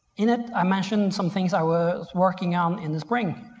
in it i mentioned somethings i was working on in the spring.